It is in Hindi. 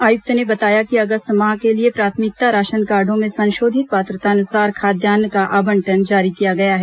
आयुक्त ने बताया कि अगस्त माह के लिए प्राथमिकता राशनकार्डो में संशोधित पात्रतानुसार खाद्यान्न का आबंटन जारी किया गया है